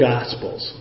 Gospels